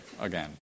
again